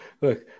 Look